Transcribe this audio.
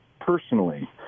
personally